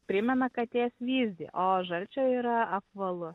primena katės vyzdį o žalčio yra apvalus